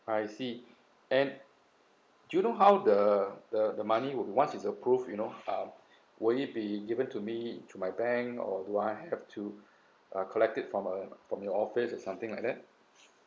I see and do you know how the the the money would once it's approved you know um would it be given to me to my bank or do I have to uh collect it from uh from your office or something like that